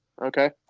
Okay